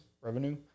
revenue